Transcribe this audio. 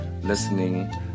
listening